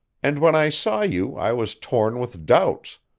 and when i saw you i was torn with doubts,